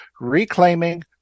reclaiming